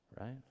right